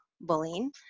bullying